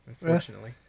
unfortunately